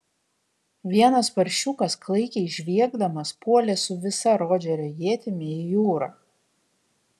vienas paršiukas klaikiai žviegdamas puolė su visa rodžerio ietimi į jūrą